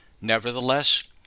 nevertheless